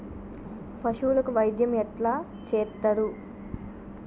పశువులకు వైద్యం ఎట్లా చేత్తరు?